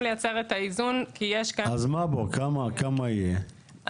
לייצר את האיזון כי יש כאן --- אז כמה יהיה פה?